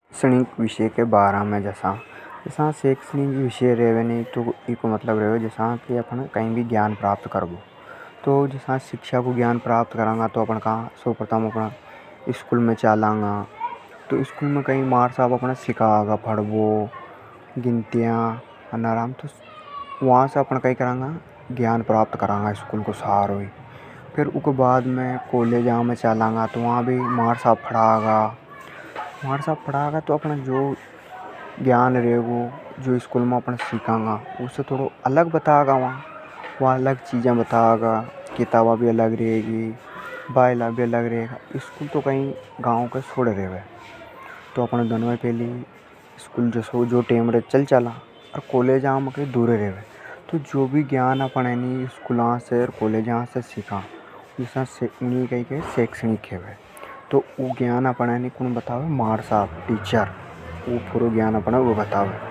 शैक्षणिक विषय का बारा में। जसा अपने कई भी ज्ञान प्राप्त करबो। शुरू में स्कूल चालांगा। तो वा मारसाब सिखागा। वा से ज्ञान प्राप्त करांगा। ऊके बाद कॉलेज में भी चालांगा। वा अलग चीजा बतागा। तो स्कूल अर कॉलेज में जो भी ज्ञान मले ऊ शैक्षणिक कहलावे।